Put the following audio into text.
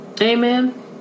Amen